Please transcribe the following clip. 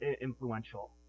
influential